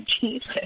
Jesus